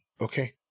Okay